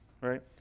right